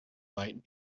light